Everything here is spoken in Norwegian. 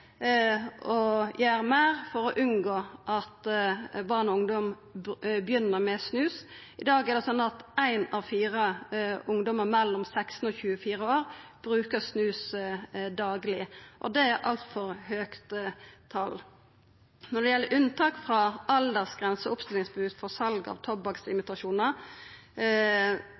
å gjera meir for å unngå at barn og ungdom begynner med snus. I dag er det slik at ein av fire ungdommar mellom 16 og 24 år bruker snus dagleg. Det er eit altfor høgt tal. Når det gjeld unntak frå aldersgrense og oppstillingsforbod mot sal av tobakksimitasjonar,